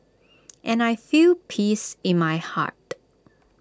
and I feel peace in my heart